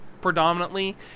predominantly